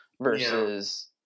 versus